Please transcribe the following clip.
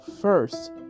first